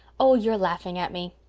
oh, you're laughing at me.